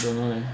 don't know eh